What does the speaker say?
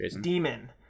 demon